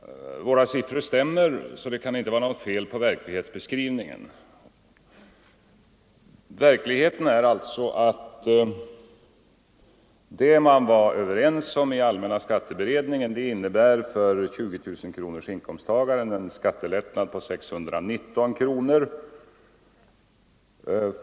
Herr talman! Först några ord om avdragsrätten. Statsministerns och mina siffror stämmer överens, så det kan inte vara något fel på verklighetsbeskrivningen. Verkligheten är alltså att det man var överens om i allmänna skatteberedningen innebär för 20 000-kronorsinkomsttagaren en skattelättnad på 619 kronor.